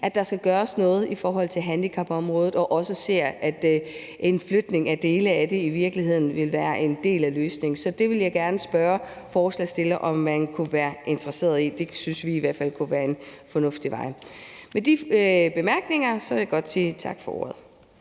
at der skal gøres noget i forhold til handicapområdet, og også ser, at en flytning af dele af det i virkeligheden vil være en del af løsningen. Så det vil jeg gerne spørge forslagsstilleren om man kunne være interesseret i. Det synes vi i hvert fald kunne være en fornuftig vej. Med de bemærkninger vil jeg godt sige tak for ordet.